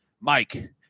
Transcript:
Mike